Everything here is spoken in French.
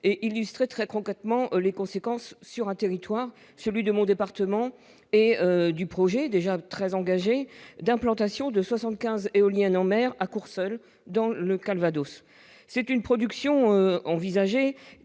et illustrait très concrètement les conséquences, sur un territoire, celui de mon département et du projet déjà très engagé d'implantation de 75 éoliennes en mer, à Courseulles, dans le Calvados, c'est une production envisagée